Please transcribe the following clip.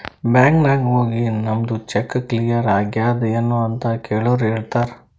bank ನಾಗ್ ಹೋಗಿ ನಮ್ದು ಚೆಕ್ ಕ್ಲಿಯರ್ ಆಗ್ಯಾದ್ ಎನ್ ಅಂತ್ ಕೆಳುರ್ ಹೇಳ್ತಾರ್